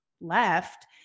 left